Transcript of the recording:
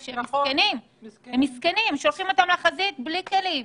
הם מסכנים, שולחים אותם לחזית בלי כלים.